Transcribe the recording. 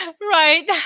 Right